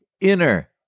inner